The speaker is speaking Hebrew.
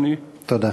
תודה.